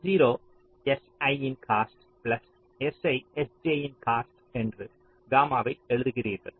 s0 si யின் cost plus si sj யின் cost என்று காமாவைச் எழுதுகிறீர்கள்